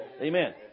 Amen